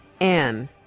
Anne